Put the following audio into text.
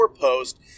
post